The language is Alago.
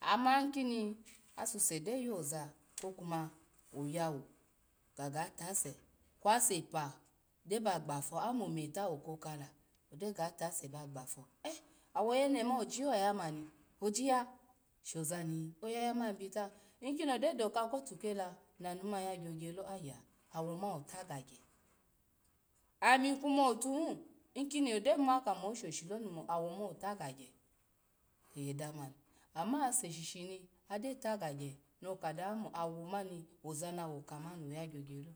ama asuse gyo yoza kwo ku ma oyawo ga ga ta se kwo ge pa gyo ba gba fwo amo me ta wo ko kala gyoga tase bagba pwo e awo oyene ma oji yo ya ya ma ni, ojiya sho zani oyaya ma bita, ikino gyo doka kotu kela, nanu ma ya gyogya lo, aya awo ma otagagya, ami kuma otuhi inkono gyo mamo shoshilo ni ma wo ma ota gagya oyedamani ama ase shishini agyo tagagya no kadawo mo awo mani oza na wo ka ma oya gyo gyala